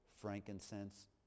frankincense